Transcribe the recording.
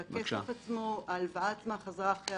כמה דקות אחרי שמר בצרי שומע על ההלוואה מגברת זעפרני,